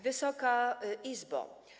Wysoka Izbo!